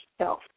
self